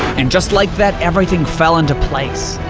and just like that, everything fell into place,